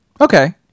Okay